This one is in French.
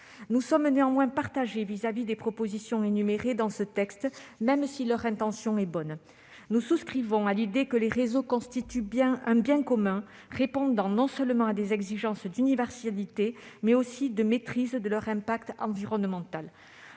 Nous sommes néanmoins partagés sur les propositions énumérées dans ce texte, même si l'intention est bonne. Nous souscrivons à l'idée que les réseaux constituent un bien commun, répondant non seulement à des exigences d'universalité, mais aussi de maîtrise de leurs conséquences environnementales.